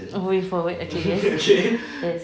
wait for what okay yes yes